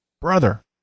brother